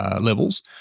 levels